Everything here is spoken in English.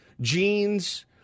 Jeans